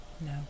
no